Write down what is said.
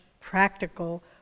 practical